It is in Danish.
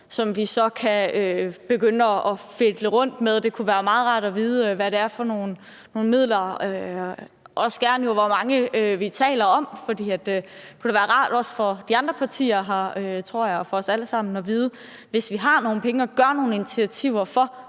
som vi så kan begynde at gøre godt med. Det kunne være meget rart at vide, hvad det er for nogle midler, og også gerne, hvor mange vi taler om. For det kunne da også være rart for de andre partier her – ja, for os alle sammen – hvis vi har nogle penge til at gennemføre nogle initiativer med